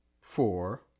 four